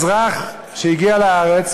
אזרח שהגיע לארץ,